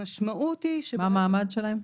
מה המעמד שלהם?